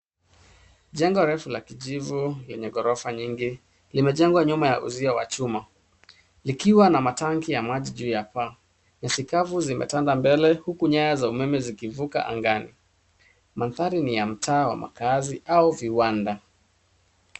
Jengo refu la kijivu lenye ghorofa nyingi limejengwa nyuma ya uzio wa chuma; likiwa na matangi ya maji juu ya paa, nyasi kavu zimetanda mbele, huku nyaya za umeme zikivuka angani. Mandhari ni ya mtaa wa makazi au viwanda.